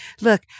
look